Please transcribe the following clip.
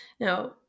Now